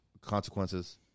consequences